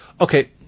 okay